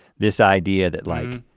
this idea that, like